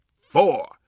four